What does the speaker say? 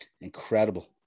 Incredible